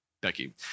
Becky